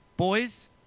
Boys